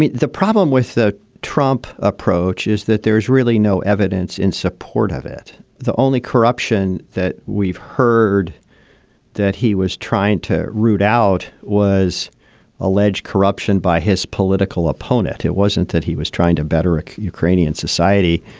the problem with the trump approach is that there's really no evidence in support of it the only corruption that we've heard that he was trying to root out was alleged corruption by his political opponent. it wasn't that he was trying to better ukrainian society.